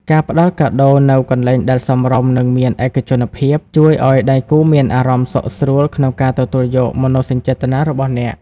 ការផ្ដល់កាដូនៅកន្លែងដែលសមរម្យ និងមានឯកជនភាព ជួយឱ្យដៃគូមានអារម្មណ៍សុខស្រួលក្នុងការទទួលយកមនោសញ្ចេតនារបស់អ្នក។